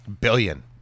Billion